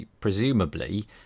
presumably